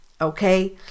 okay